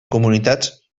comunitats